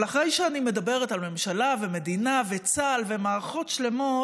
אבל אחרי שאני מדברת על ממשלה ומדינה וצה"ל ומערכות שלמות,